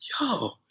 yo